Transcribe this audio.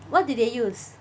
what did they use